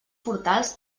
portals